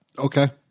Okay